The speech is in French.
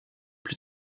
plus